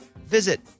visit